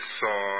saw